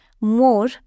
more